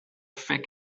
thick